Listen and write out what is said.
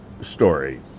story